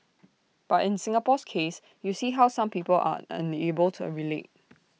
but in Singapore's case you see how some people are unable to relate